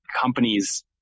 companies